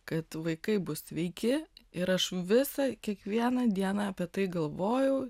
kad vaikai bus sveiki ir aš visą kiekvieną dieną apie tai galvojau